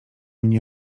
mnie